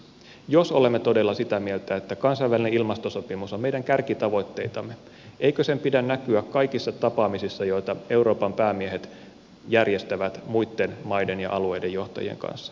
jos olemme todella sitä mieltä että kansainvälinen ilmastosopimus on meidän kärkitavoitteitamme eikö sen pidä näkyä kaikissa tapaamisissa joita euroopan päämiehet järjestävät muiden maiden ja alueiden johtajien kanssa